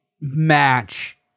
match